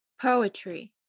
Poetry